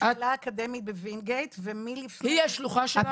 המכללה האקדמית בווינגיט ומלפני -- היא השלוחה שלך?